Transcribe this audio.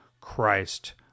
Christ